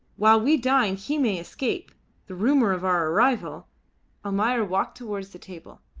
while we dine he may escape the rumour of our arrival almayer walked towards the table.